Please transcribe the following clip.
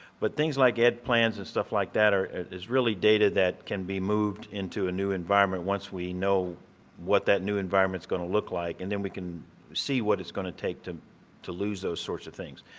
but things like getting plans and stuff like that are is really data that can be moved into a new environment once we know what that new environment is going to look like and then we can see what it's going to take to to lose those sorts of things.